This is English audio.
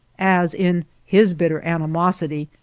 as, in his bitter animosity,